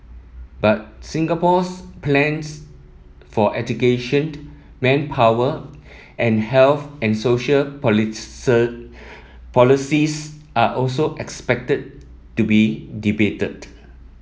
but Singapore's plans for education manpower and health and social policies are also expected to be debated